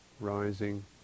rising